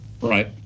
Right